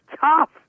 tough